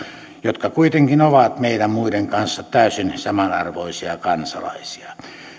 jotka kuitenkin ovat meidän muiden kanssa täysin samanarvoisia kansalaisia